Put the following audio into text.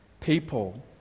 people